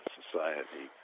society